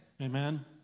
Amen